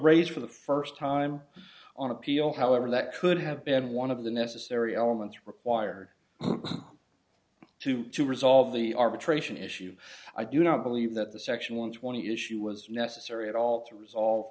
phrase for the first time on appeal however that could have been one of the necessary elements required to resolve the arbitration issue i do not believe that the section one twenty issue was necessary at all to resolve